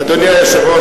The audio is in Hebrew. אדוני היושב-ראש,